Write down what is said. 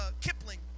Kipling